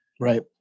Right